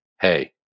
hey